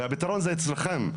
והפתרון זה אצלכם.